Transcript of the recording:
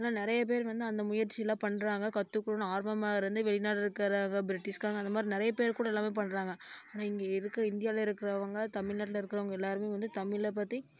ஆனால் நிறைய பேர் வந்து அந்த முயற்சிலாம் பண்ணுறாங்க கத்துக்கணுன்னு ஆர்வமாக இருந்து வெளிநாட்டுல இருக்கிற ப்ரிட்டிஷ்காரங்க அந்தமாதிரி நிறைய பேர் கூட எல்லாமே பண்ணுறாங்க ஆனால் இங்கே இருக்கிற இந்தியாவில் இருக்கிறவங்க தமிழ்நாட்ல இருக்கிறவங்க எல்லோருமே வந்து தமிழை பற்றி